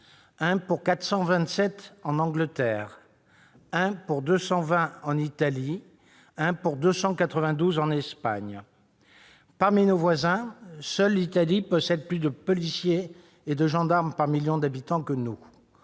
un pour 427 en Angleterre, un pour 220 en Italie et un pour 292 en Espagne. Parmi nos voisins, seule l'Italie possède plus de policiers et de gendarmes par million d'habitants que nous.